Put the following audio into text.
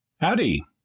Howdy